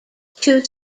two